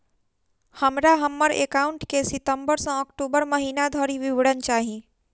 हमरा हम्मर एकाउंट केँ सितम्बर सँ अक्टूबर महीना धरि विवरण चाहि?